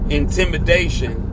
intimidation